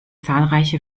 zahlreiche